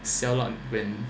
sell out when